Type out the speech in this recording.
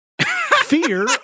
Fear